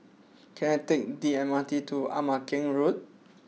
can I take the M R T to Ama Keng Road